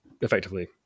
effectively